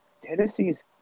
Tennessee's